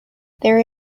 there